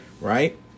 right